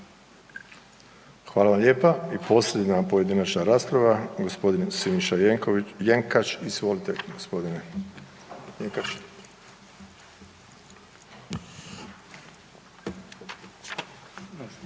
Hvala vam lijepa. i posljednja pojedinačna rasprava, g. Siniša Jenkač, izvolite gospodine. **Jenkač,